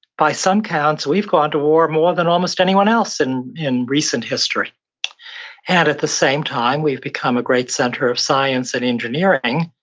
by some counts, we've gone to war more than almost anyone else and in recent history at at the same time, we've become a great center of science and engineering,